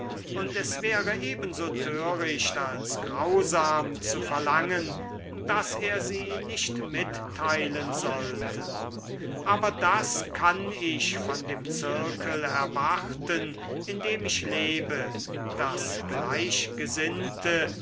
und es wäre ebenso töricht als grausam zu verlangen daß er sie nicht mitteilen sollte aber das kann ich von dem zirkel erwarten in dem ich lebe daß gleichgesinnte